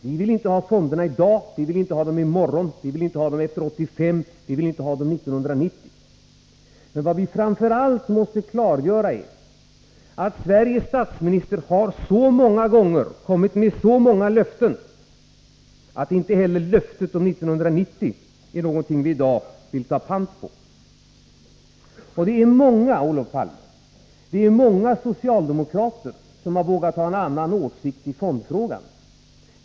Vi vill inte ha fonderna i dag, vi vill inte ha dem i morgon, inte efter 1985 och inte heller efter 1990. Men vad vi framför allt måste klargöra är att Sveriges statsminister så många gånger har kommit med så många löften, att inte heller löftet om 1990 är någonting som vi i dag vill ta emot i pant. Det är många, Olof Palme, det är många socialdemokrater som har vågat ha en annan åsikt i fondfrågan.